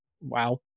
wow